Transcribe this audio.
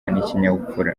n’ikinyabupfura